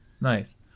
nice